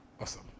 Awesome